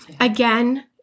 again